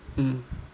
mm